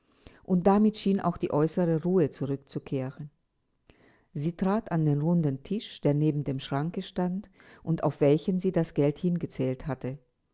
und damit schien auch die äußere ruhe zurückzukehren sie trat an den runden tisch der neben dem schranke stand und auf welchem sie das geld hingezählt hatte